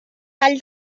vall